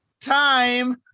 time